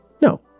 No